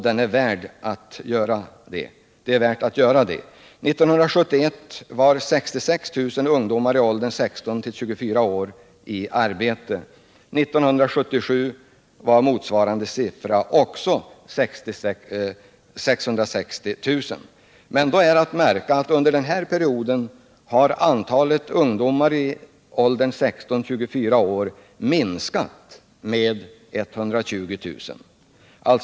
År 1971 var 660 000 ungdomar i åldern 16-24 år i arbete. För 1977 redovisas samma siffra, alltså 660 000, men då är att märka att antalet ungdomar i denna ålder hade minskat med 120 000 under åren däremellan.